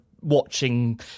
watching